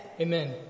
Amen